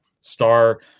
star –